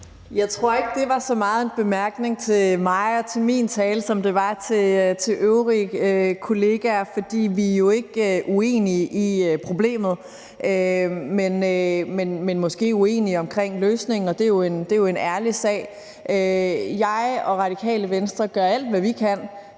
Jeg tror ikke, det så meget var en bemærkning til mig og min tale, som det var til øvrige kollegaer, for vi er jo ikke uenige i problemet, men måske uenige i løsningen, og det er jo en ærlig sag. Jeg og Radikale Venstre gør alt, hvad vi kan,